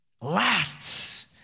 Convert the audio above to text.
lasts